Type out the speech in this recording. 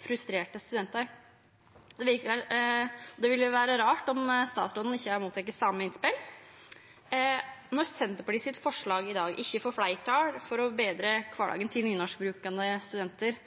frustrerte studentar. Det ville vera rart om statsråden ikkje har fått same innspel. Når forslaget frå Senterpartiet i dag ikkje får fleirtal for å betra kvardagen til nynorskbrukande studentar,